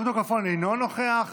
יום טוב כלפון אינו נוכח.